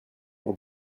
och